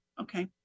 Okay